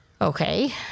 Okay